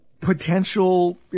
Potential